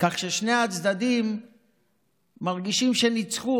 כך ששני הצדדים מרגישים שניצחו,